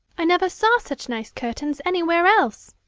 i never saw such nice curtains anywhere else.